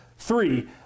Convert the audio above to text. Three